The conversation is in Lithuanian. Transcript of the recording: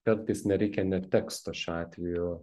kad nereikia net teksto šiuo atveju